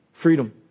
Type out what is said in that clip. Freedom